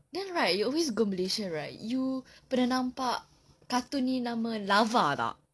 then right you always go malaysia right you pernah nampak cartoon ini nama larva tak